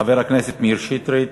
חבר הכנסת מאיר שטרית,